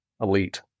elite